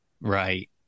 Right